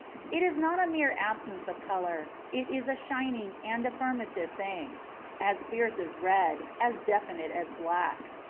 it is not a mere absence of colour, it is a shining and affirmative thing as fierce as red, as definite as black.